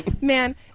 Man